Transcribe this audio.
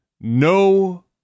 ...no